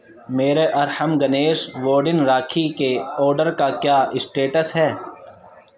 میرے ارحم گنیش ووڈن راکھی کے آڈر کا کیا اسٹیٹس ہے